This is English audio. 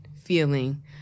feeling